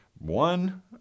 one